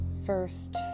first